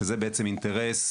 שזה בעצם אינטרס,